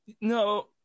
no